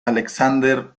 alexander